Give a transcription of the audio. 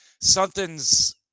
something's